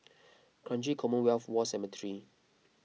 Kranji Commonwealth War Cemetery